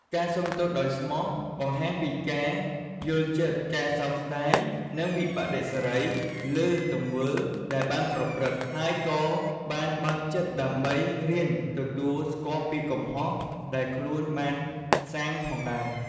ការសូមទោសដោយស្មោះ បង្ហាញពីការយល់ចិត្ត ការសោកស្តាយ និងវិប្បដិសារីលើទង្វើ ដែលបានប្រព្រឹត្ត ហើយក៏បានបើកចិត្តដើម្បីរៀនទទួលស្គាល់ពីកំហុសដែលខ្លួនបានសាងផងដែរ។